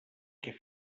què